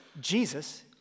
Jesus